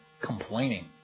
complaining